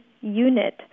unit